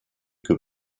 que